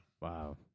Wow